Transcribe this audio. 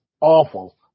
awful